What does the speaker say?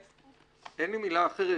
אין לי מילה אחרת,